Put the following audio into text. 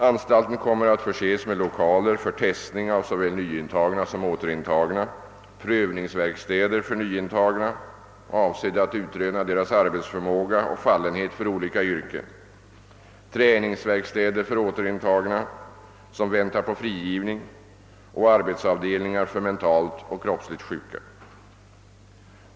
Anstalten kommer att förses med lokaler för testning av såväl nyintagna som återintagna, prövningsverkstäder för nyintagna, avsedda att utröna deras arbetsförmåga och fallenhet för olika yrken, träningsverkstäder för återintagna som väntar på frigivning samt arbetsavdelningar för mentalt och kroppsligt sjuka.